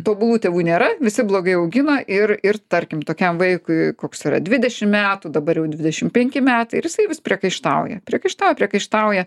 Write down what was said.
tobulų tėvų nėra visi blogai augino ir ir tarkim tokiam vaikui koks yra dvidešim metų dabar jau dvidešim penki metai ir jisai vis priekaištauja priekaištauja priekaištauja